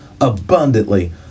abundantly